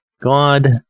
God